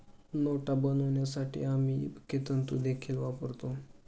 नोटा बनवण्यासाठी आम्ही इबेक तंतु देखील वापरतो